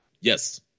Yes